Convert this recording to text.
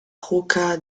roca